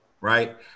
right